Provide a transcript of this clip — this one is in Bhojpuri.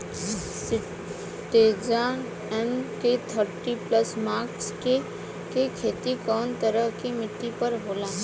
सिंजेंटा एन.के थर्टी प्लस मक्का के के खेती कवना तरह के मिट्टी पर होला?